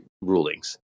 rulings